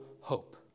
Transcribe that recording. hope